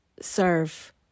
serve